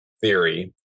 theory